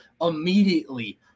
immediately